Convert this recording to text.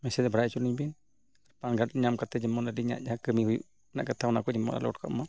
message ᱛᱮ ᱵᱟᱲᱟᱭ ᱦᱚᱪᱚ ᱞᱤᱧ ᱵᱤᱱ ᱯᱮᱱ ᱠᱟᱨᱰ ᱧᱟᱢ ᱠᱟᱛᱮᱫ ᱡᱮᱢᱚᱱ ᱟᱹᱞᱤᱧᱟ ᱡᱟᱦᱟᱸ ᱠᱟᱹᱢᱤ ᱦᱩᱭᱩᱜ ᱨᱮᱱᱟᱜ ᱠᱟᱛᱷᱟ ᱚᱱᱟ ᱠᱚ ᱡᱮᱢᱚᱱ ᱟᱞᱚ ᱟᱴᱠᱟᱜᱢᱟ